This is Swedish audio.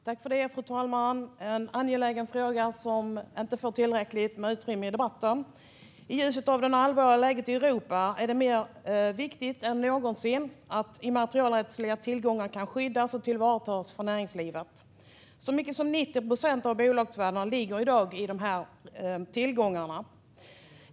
Fru talman! Jag har en angelägen fråga som inte får tillräckligt med utrymme i debatten. I ljuset av det allvarliga läget i Europa är det viktigare än någonsin för näringslivet att immaterialrättsliga tillgångar kan skyddas och tillvaratas. Så mycket som 90 procent av bolagsvärden ligger i dag i dessa tillgångar.